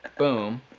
boom.